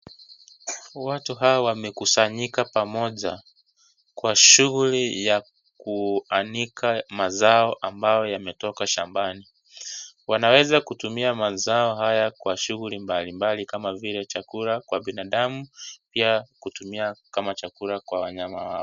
Watu hao wamekusanyika pamoja kwa shughuli ya kuanika mazao ambao yametoka shambani. Wanaweza kutumia mazao haya kwa shughuli mbali mbali kama, vile chakula kwa binadamu pia kutumia kama chakula kwa wanyama wao.